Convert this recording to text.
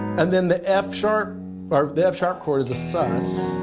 and then the and f-sharp or the f-sharp chord is a suss.